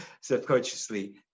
subconsciously